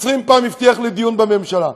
20 פעם הבטיח לי דיון בממשלה,